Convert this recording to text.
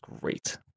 great